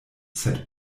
sed